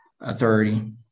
Authority